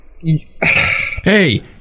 hey